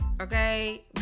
okay